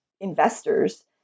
investors